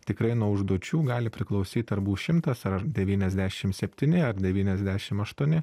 tikrai nuo užduočių gali priklausyt ar bus šimtas ar devyniasdešim septyni ar devyniasdešim aštuoni